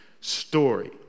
story